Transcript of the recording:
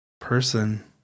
person